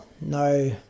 no